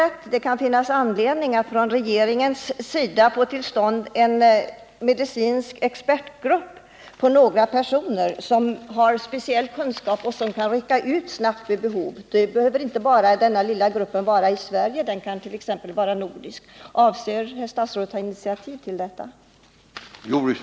Det kan också finnas anledning för regeringen att försöka få till stånd en medicinsk expertgrupp på några personer som har speciella kunskaper och som kan rycka ut vid behov. Den här gruppen behöver inte bara ha Sverige som verksamhetsfält, utan den kan vara t.ex. nordisk. Avser här statsrådet att ta initiativ till en sådan grupp?